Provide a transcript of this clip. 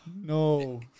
No